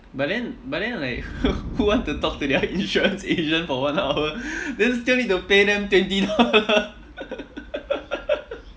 but then but then like who want to talk to their insurance agent for one hour then still need to pay them twenty dollar